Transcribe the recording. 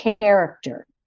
character